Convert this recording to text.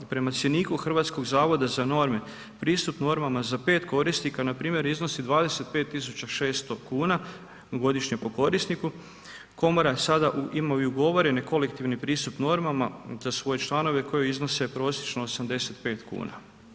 Prema cjeniku Hrvatskog zavoda za norme, pristup normama za 5 korisnika npr. iznosi 25 600 kn godišnje po korisniku, komore sada imaju ugovorene kolektivni pristup norama za svoje članove koje iznose prosječno 85 kuna.